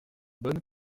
bonne